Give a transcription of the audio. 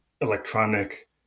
electronic